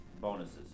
bonuses